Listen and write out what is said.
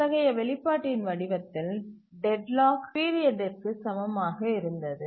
அத்தகைய வெளிப்பாட்டின் வடிவத்தில் டெட்லாக் பீரியடிற்கு சமமாக இருந்தது